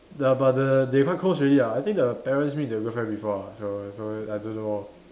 ya but the they quite close already ah I think the parents meet the girlfriend before ah so so I don't know